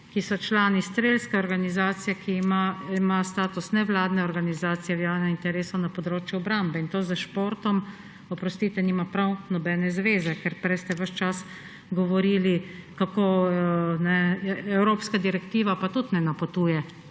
ki so člani strelske organizacije, ki ima status nevladne organizacije v javnem interesu na področju obrambe, in to s športom, oprostite, nima prav nobene zveze. Ker prej ste ves čas govorili, evropska direktiva pa tudi ne napotuje